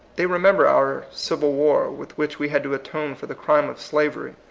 they remember our civil war, with which we had to atone for the crime of slavery.